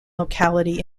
locality